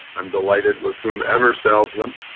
i'm delighted with whomever sells them.